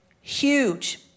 Huge